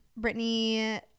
Britney